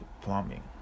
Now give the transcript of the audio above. plumbing